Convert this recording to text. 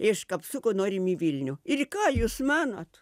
iš kapsuko norim į vilnių ir ką jūs manot